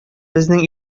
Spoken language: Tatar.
безнең